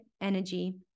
energy